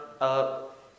up